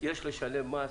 שיש לשלם מס